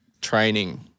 training